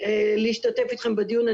להשתתף איתכם בדיון.